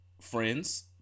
friends